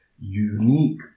unique